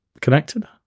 connected